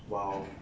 !wow!